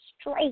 straight